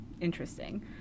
interesting